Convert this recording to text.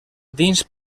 dins